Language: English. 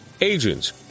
agents